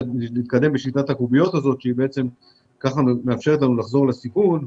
להתקדם בשיטת הקוביות הזו שמאפשרת לנו לנהל את הסיכון,